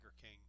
King